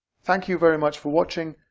thank you very much for watching.